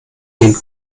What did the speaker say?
den